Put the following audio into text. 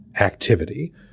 activity